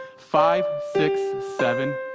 five, six, seven,